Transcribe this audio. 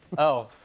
oh. whew.